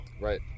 Right